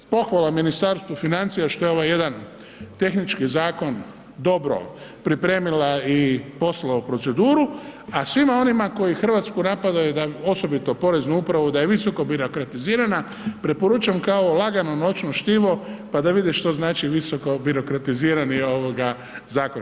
Pohvala Ministarstvu financija što je ovaj jedan tehnički zakon dobro pripremila i poslala u proceduru, a svima onima koji Hrvatsku napadaju da, osobito poreznu upravu da je visoko birokratizirana, preporučam kao lagano noćno štivo pa da vide što znače visokobirokratizirani zakon.